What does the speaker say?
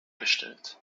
bestellt